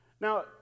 Now